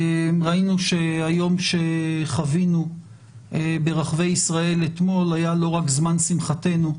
ראינו שהיום שחווינו ברחבי ישראל אתמול לא היה רק זמן שמחתנו,